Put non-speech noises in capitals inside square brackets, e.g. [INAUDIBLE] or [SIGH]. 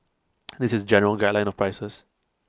[NOISE] this is general guideline of prices